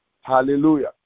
Hallelujah